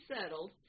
settled